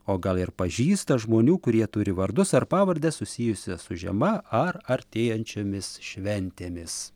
o gal ir pažįsta žmonių kurie turi vardus ar pavardes susijusias su žiema ar artėjančiomis šventėmis